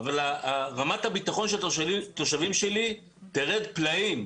אבל רמת הביטחון של התושבים שלי תרד פלאים.